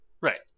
Right